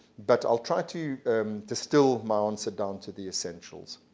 but i'll try to distill my answer down to the essentials.